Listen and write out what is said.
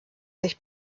sich